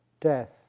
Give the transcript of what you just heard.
Death